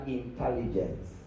intelligence